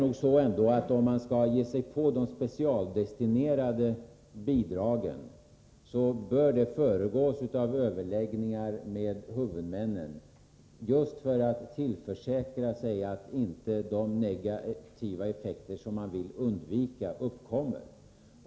Om man, Blenda Littmarck, skall ge sig på de specialdestinerade bidragen, bör det föregås av överläggningar med huvudmännen, för att tillförsäkra sig att inte de negativa effekter som man vill undvika uppkommer.